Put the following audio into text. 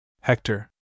Hector